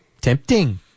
Tempting